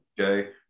Okay